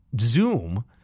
zoom